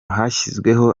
hashyizweho